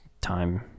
time